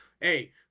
Hey